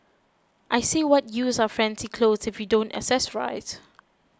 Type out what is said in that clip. I say what use are fancy clothes if you don't accessorise